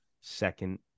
second